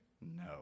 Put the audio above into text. No